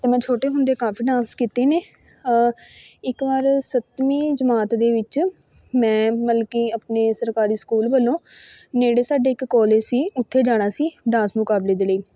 ਅਤੇ ਮੈਂ ਛੋਟੇ ਹੁੰਦੇ ਕਾਫੀ ਡਾਂਸ ਕੀਤੇ ਨੇ ਇੱਕ ਵਾਰ ਸੱਤਵੀਂ ਜਮਾਤ ਦੇ ਵਿੱਚ ਮੈਂ ਮਤਲਬ ਕਿ ਆਪਣੇ ਸਰਕਾਰੀ ਸਕੂਲ ਵੱਲੋਂ ਨੇੜੇ ਸਾਡੇ ਇੱਕ ਕੋਲੇਜ ਸੀ ਉੱਥੇ ਜਾਣਾ ਸੀ ਡਾਂਸ ਮੁਕਾਬਲੇ ਦੇ ਲਈ